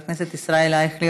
חבר הכנסת ישראל אייכלר,